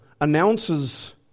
announces